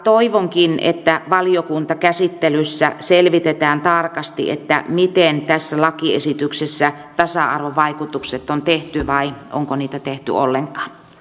toivonkin että valiokuntakäsittelyssä selvitetään tarkasti miten tässä lakiesityksessä tasa arvovaikutukset on tehty vai onko niitä tehty ollenkaan